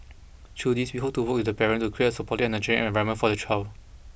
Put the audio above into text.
through these we hope to work with the parent to create a supportive and nurturing environment for the child